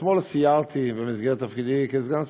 אתמול סיירתי, במסגרת תפקידי כסגן שר,